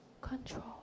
control